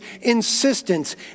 insistence